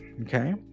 okay